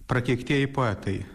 prakeiktieji poetai